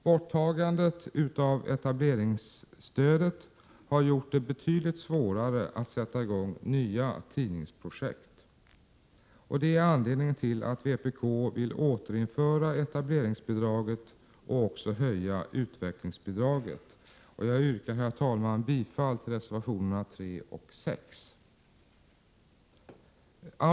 Borttagandet av etableringsstödet har gjort det betydligt svårare att sätta i gång nya tidningsprojekt. Det är anledningen till att vpk vill återinföra etableringsbidraget och höja utvecklingsbidraget. Jag yrkar bifall Prot. 1987/88:118 till reservationerna 3 och 6. 10 maj 1988 Herr talman!